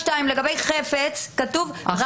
לגבי חפץ, כתוב רשאי.